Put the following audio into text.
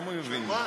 לא.